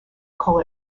call